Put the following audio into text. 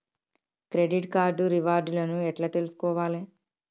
Credit card reward లను ఎట్ల తెలుసుకోవాలే?